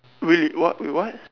really what wait what